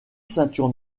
ceinture